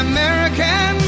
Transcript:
American